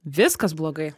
viskas blogai